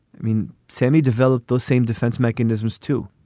i mean, sammy, develop those same defense mechanisms, too,